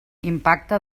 impacte